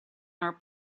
our